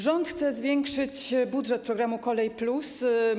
Rząd chce zwiększyć budżet programu ˝Kolej+˝